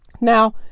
Now